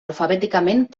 alfabèticament